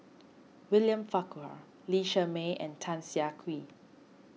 William Farquhar Lee Shermay and Tan Siah Kwee